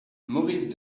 maurice